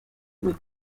vous